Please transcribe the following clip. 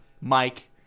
mike